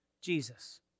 Jesus